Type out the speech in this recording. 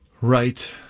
Right